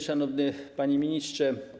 Szanowny Panie Ministrze!